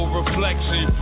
reflection